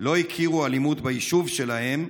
לא הכירו אלימות ביישוב שלהם,